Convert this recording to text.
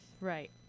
Right